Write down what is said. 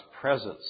presence